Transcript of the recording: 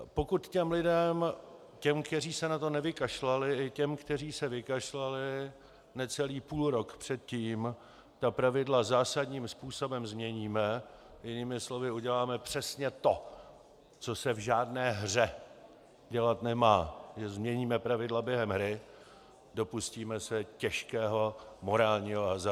Pokud těm lidem, těm, kteří se na to nevykašlali, i těm, kteří se vykašlali, necelý půlrok předtím ta pravidla zásadním způsobem změníme, jinými slovy uděláme přesně to, co se v žádné hře dělat nemá, že změníme pravidla během hry, dopustíme se těžkého morálního hazardu.